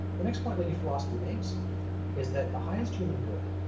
the next point lady philosophy makes is that the highest human good,